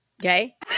okay